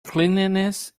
cleanliness